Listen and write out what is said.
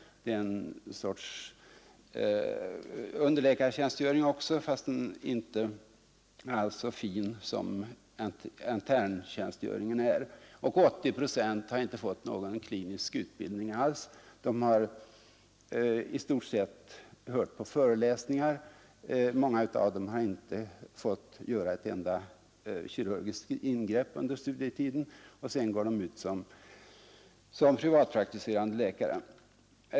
Det är också en sorts underläkartjänstgöring fast inte alls så fin som interne-tjänstgöringen. 80 procent har fått endast obetydlig praktisk klinisk utbildning. De har i stort sett hört på föreläsningar — många av dem har kanske inte fått göra ett enda kirurgiskt ingrepp under studietiden — och sedan går de ut som privatpraktiserande läkare.